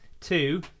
Two